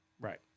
right